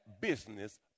business